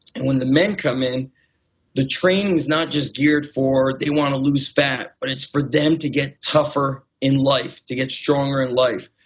and when the men come in the training is not just geared for they want to lose fat but it's for them to get tougher in life, to get stronger in life.